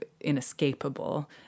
inescapable